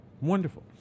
wonderful